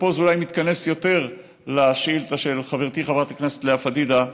ופה זה אולי מתכנס יותר לשאילתה של חברתי חברת הכנסת לאה פדידה,